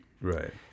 right